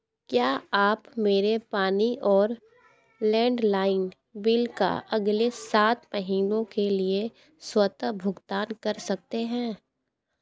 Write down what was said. क्या आप मेरे पानी और लैंडलाइन बिल का अगले सात महीनों के लिए स्वतः भुगतान कर सकते हैं